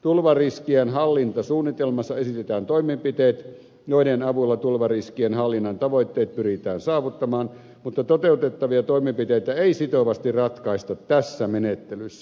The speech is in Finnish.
tulvariskien hallintasuunnitelmassa esitetään toimenpiteet joiden avulla tulvariskien hallinnan tavoitteet pyritään saavuttamaan mutta toteutettavia toimenpiteitä ei sitovasti ratkaista tässä menettelyssä